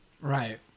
Right